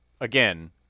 again